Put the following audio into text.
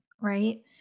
right